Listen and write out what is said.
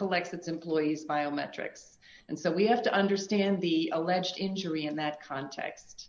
collects its employees biometrics and so we have to understand the alleged injury in that context